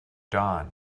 dawn